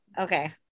okay